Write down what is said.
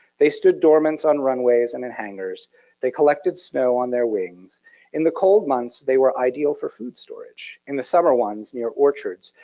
they stood dormant on runways and in hangars they collected snow on their wings in the cold months. they were ideal for food storage. in the summer ones, near orchards,